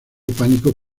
pánico